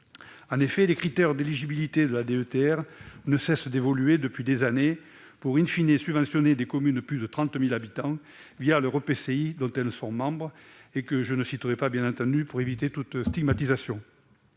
pilote ». Les critères d'éligibilité de la DETR ne cessent d'évoluer depuis des années pour, que l'on subventionne des communes de plus de 30 000 habitants l'EPCI dont elles sont membres- je ne citerai aucun nom, bien entendu, pour éviter toute stigmatisation.